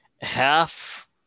Half